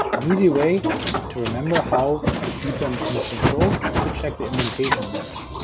easy way to remember how to keep them in the same scope is to check the indentation level.